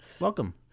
Welcome